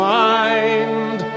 mind